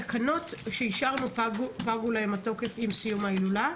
התקנות שאישרנו פג תוקפן עם סיום ההילולה?